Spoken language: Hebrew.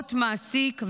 חובות מעסיק,